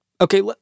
Okay